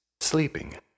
sleeping